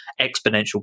exponential